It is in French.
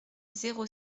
zéro